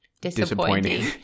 disappointing